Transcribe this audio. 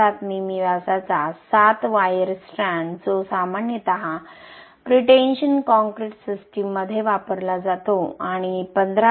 7 मिमी व्यासाचा 7 wire strand जो सामान्यत प्रीटेन्शन कॉंक्रिट सिस्टममध्ये वापरला जातो आणि 15